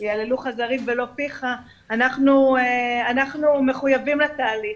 יהללוך זרים ולא פיך, אנחנו מחויבים לתהליך.